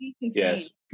Yes